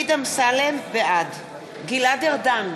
בעד גלעד ארדן,